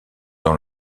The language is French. dans